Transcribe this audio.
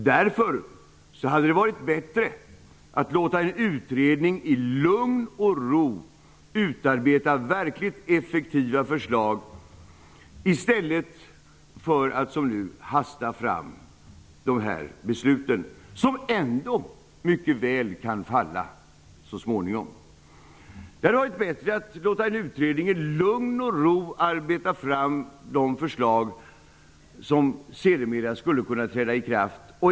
Därför hade det varit bättre att låta en utredning i lugn och ro utarbeta verkligt effektiva förslag i stället för att som nu hasta fram beslut, som ändå mycket väl kan falla så småningom. Det hade varit bättre att låta en utredning i lugn och ro arbeta fram de förslag som sedermera skulle kunna träda i kraft.